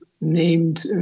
named